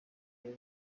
rero